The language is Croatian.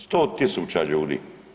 100 tisuća ljudi.